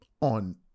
on